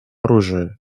оружия